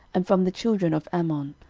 and from the children of ammon,